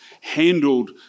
handled